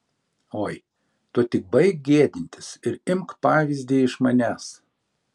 oi tu tik baik gėdintis ir imk pavyzdį iš manęs